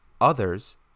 Others